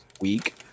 week